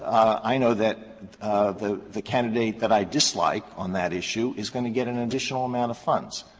i know that the the candidate that i dislike on that issue is going to get an additional amount of funds,